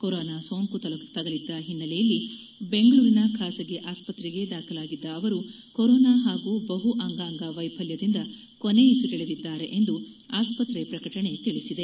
corona ಸೋಂಕು ತಗುಲಿದ್ದ ಹಿನ್ನೆಲೆ ಬೆಂಗಳೂರಿನ ಖಾಸಗಿ ಆಸ್ತ್ರೆಗೆ ದಾಖಲಾಗಿದ್ದ ಅವರು ಕೊರೊನಾ ಹಾಗೂ ಬಹು ಅಂಗಾಂಗ ವೈಫಲ್ಯದಿಂದ ಕೊನೆಯುಸಿರೆಳೆದಿದ್ದಾರೆ ಎಂದು ಆಸ್ಪತ್ರೆ ಪ್ರಕಟಣೆ ತಿಳಿಸಿದೆ